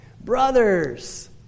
brothers